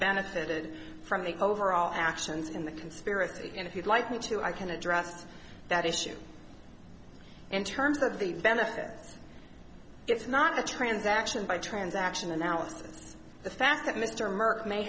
benefited from the overall actions in the conspiracy and if you'd like me to i can address that issue in terms of the benefit it's not a transaction by transaction analysis the fact that m